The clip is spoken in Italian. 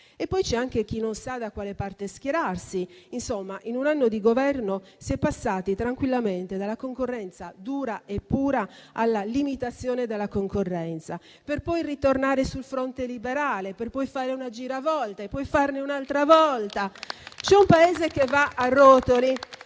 Poi c'è anche chi non sa da quale parte schierarsi. Insomma, in un anno di Governo si è passati tranquillamente dalla concorrenza dura e pura alla limitazione della concorrenza, per poi ritornare sul fronte liberale, per poi fare una giravolta e farne un'altra ancora. C'è un Paese che va a rotoli